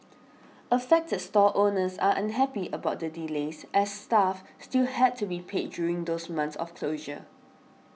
affected stall owners are unhappy about the delays as staff still had to be paid during those months of closure